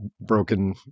broken